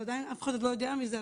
אף אחד עוד לא יודע מזה,